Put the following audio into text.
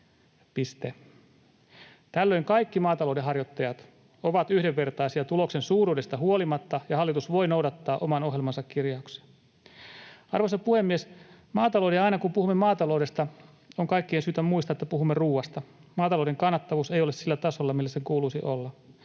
Tällöin kaikki maatalouden harjoittajat ovat yhdenvertaisia tuloksen suuruudesta huolimatta ja hallitus voi noudattaa oman ohjelmansa kirjauksia. Arvoisa puhemies! Aina kun puhumme maataloudesta, on kaikkien syytä muistaa, että puhumme ruoasta. Maatalouden kannattavuus ei ole sillä tasolla, millä sen kuuluisi olla.